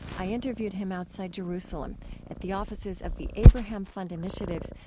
i interviewed him outside jerusalem at the offices of the abraham fund initiatives,